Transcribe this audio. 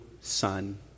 son